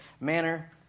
manner